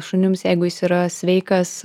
šunims jeigu jis yra sveikas